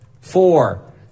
Four